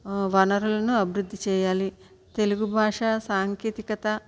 వనరులను అభివృద్ధి చేయాలి తెలుగు భాష సాంకేతికత